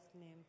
name